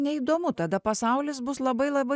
neįdomu tada pasaulis bus labai labai